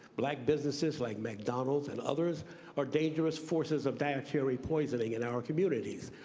black businesses like mcdonald's and others are dangerous forces of dietary poisoning in our communities